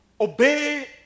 obey